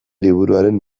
liburuaren